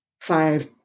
five